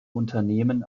unternehmen